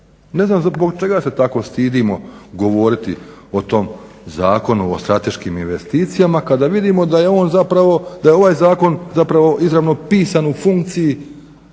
Ne znam zbog čega se tako stidimo govoriti o tom Zakonu o strateškim investicijama kada vidimo da je on zapravo, da je ovaj zakon zapravo izravno pisan u funkciji